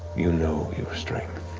you know your strength.